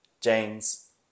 James